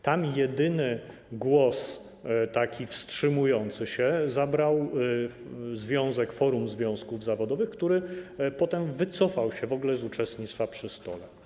Tam jedyny głos taki wstrzymujący się zabrał związek, Forum Związków Zawodowych, który potem wycofał się w ogóle z uczestnictwa przy stole.